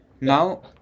Now